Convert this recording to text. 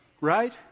Right